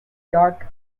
dark